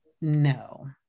no